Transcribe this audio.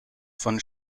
von